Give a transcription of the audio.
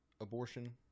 abortion